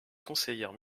conseillère